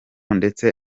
ndetse